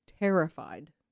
terrified